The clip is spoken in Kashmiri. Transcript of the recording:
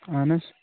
اَہَن حظ